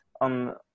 on